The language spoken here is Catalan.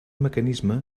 mecanisme